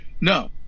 No